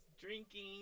drinking